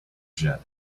jet